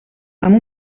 amb